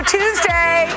Tuesday